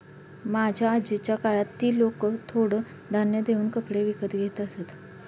माझ्या आजीच्या काळात ती लोकं थोडं धान्य देऊन कपडे विकत घेत असत